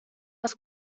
last